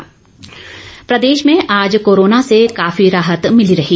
corona update प्रदेश में आज कोरोना से काफी राहत मिली रही